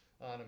on